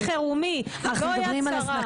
טיפול רפואי חירומי, לא יד שרה.